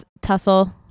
tussle